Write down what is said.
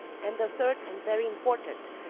and the third and very important,